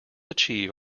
achieve